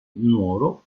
nuoro